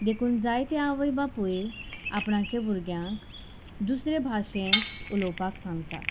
देखून जायते आवय बापूय आपणाचे भुरग्यांक दुसरे भाशेंत उलोवपाक सांगता